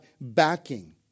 backing